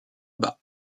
bas